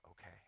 okay